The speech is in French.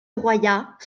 royat